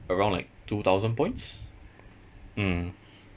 around like two thousand points mm